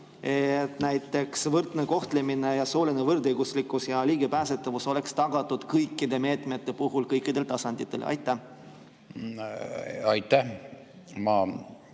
Et näiteks võrdne kohtlemine ja sooline võrdõiguslikkus ja ligipääsetavus oleks tagatud kõikide meetmete puhul kõikidel tasanditel. Aitäh! Ma